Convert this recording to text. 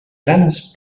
grans